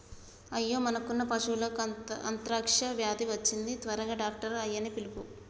అయ్యో మనకున్న పశువులకు అంత్రాక్ష వ్యాధి వచ్చింది త్వరగా డాక్టర్ ఆయ్యన్నీ పిలువు